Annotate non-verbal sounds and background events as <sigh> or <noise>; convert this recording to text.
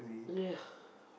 yeah <breath>